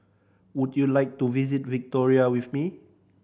would you like to visit Victoria with me